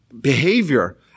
behavior